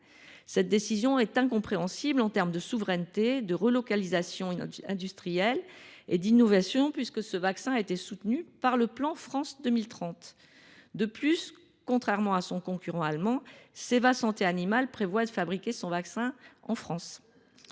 Cette décision est incompréhensible en termes de souveraineté, de relocalisation industrielle et d’innovation puisque ce vaccin a été soutenu par le plan France 2030. De plus, contrairement à son concurrent allemand, Ceva Santé animale prévoit de fabriquer son vaccin en France.